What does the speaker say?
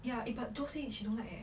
ya it but joe say she don't like eh